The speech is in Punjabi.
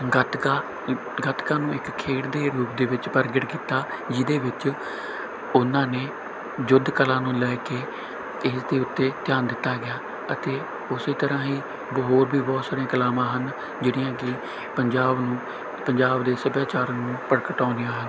ਗੱਤਕਾ ਗੱਤਕਾ ਨੂੰ ਇੱਕ ਖੇਡ ਦੇ ਰੂਪ ਦੇ ਵਿੱਚ ਪ੍ਰਗਟ ਕੀਤਾ ਜਿਹਦੇ ਵਿੱਚ ਉਹਨਾਂ ਨੇ ਯੁੱਧ ਕਲਾ ਨੂੰ ਲੈ ਕੇ ਇਸ ਦੇ ਉੱਤੇ ਧਿਆਨ ਦਿੱਤਾ ਗਿਆ ਅਤੇ ਉਸ ਤਰ੍ਹਾਂ ਹੀ ਹੋਰ ਵੀ ਬਹੁਤ ਸਾਰੀਆਂ ਕਲਾਵਾਂ ਹਨ ਜਿਹੜੀਆਂ ਕਿ ਪੰਜਾਬ ਨੂੰ ਪੰਜਾਬ ਦੇ ਸੱਭਿਆਚਾਰ ਨੂੰ ਪ੍ਰਗਟਾਉਂਦੀਆਂ ਹਨ